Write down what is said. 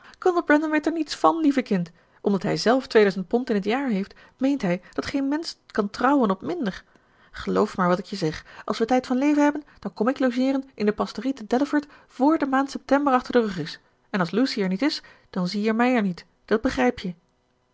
kolonel brandon weet er niets van lieve kind omdat hij zelf tweeduizend pond in t jaar heeft meent hij dat geen mensch kan trouwen op minder geloof maar wat ik je zeg als we tijd van leven hebben dan kom ik logeeren in de pastorie te delaford vr de maand september achter den rug is en als lucy er niet is dan zie je mij er niet dat begrijp je